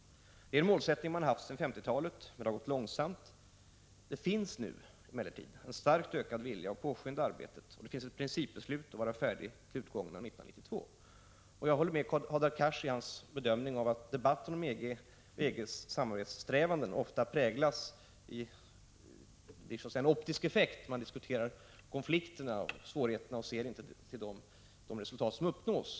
Detta är en målsättning som organisationen har haft sedan 1950-talet, men utvecklingen har gått långsamt. Nu finns emellertid en starkt ökad vilja att påskynda arbetet, och det föreligger ett principbeslut att detta arbete skall vara slutfört vid utgången av år 1992. Jag håller med Hadar Cars i bedömningen att debatten om EG och EG:s samhörighetssträvanden ofta präglas av en optisk effekt: man diskuterar konflikterna och svårigheterna och ser inte till de resultat som uppnås.